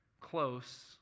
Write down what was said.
close